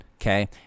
okay